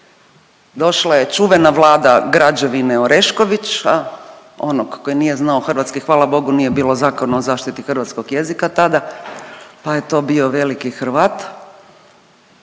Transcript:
Došla je čuvena vlada građevine Oreškovića onog koji nije znao hrvatski hvala Bogu nije bilo Zakona o zaštiti hrvatskog jezika tada pa je to bio veliki Hrvat